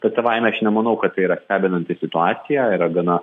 tad savaime aš nemanau kad tai yra stebinanti situacija ir gana